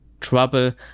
trouble